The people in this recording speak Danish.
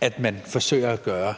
at man forsøger at gøre.